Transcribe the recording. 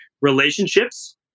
Relationships